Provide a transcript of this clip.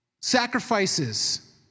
Sacrifices